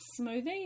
smoothie